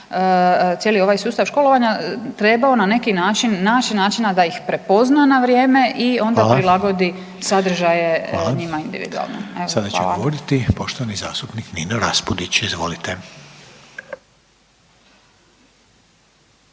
cijeli ovaj sustav školovanja trebao na neki način naći načina da ih prepozna na vrijeme i onda prilagodi sadržaje njima individualno. **Reiner, Željko (HDZ)** Hvala. Sada će govoriti poštovani zastupnik Nino Raspudić. Izvolite.